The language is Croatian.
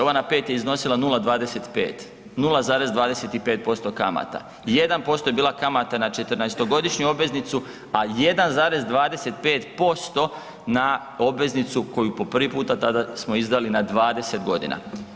Ova na 5 je iznosila 025, 0,25% kamata, 1% je bila kamata na 14-to godišnju obveznicu, a 1,25% na obveznicu koju po prvi puta tada smo izdali na 20 godina.